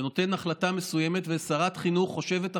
שנותן החלטה מסוימת ושרת החינוך חושבת אחרת,